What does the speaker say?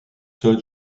seule